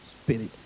spirit